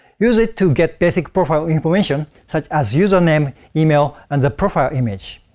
use it to get basic profile information, such as username, email, and the profile image.